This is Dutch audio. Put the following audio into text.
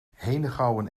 henegouwen